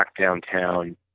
downtown